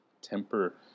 temper